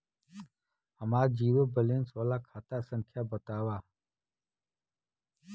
हमार zero balance वाला खाता संख्या वतावा?